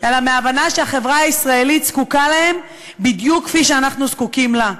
אלא מההבנה שהחברה הישראלית זקוקה להם בדיוק כפי שאנחנו זקוקים לה.